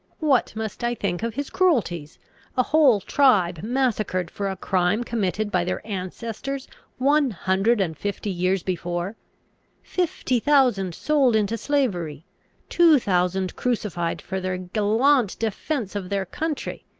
what must i think of his cruelties a whole tribe massacred for a crime committed by their ancestors one hundred and fifty years before fifty thousand sold into slavery two thousand crucified for their gallant defence of their country?